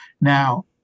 now